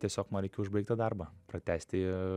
tiesiog man reikėjo užbaigt tą darbą pratęsti